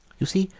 you see,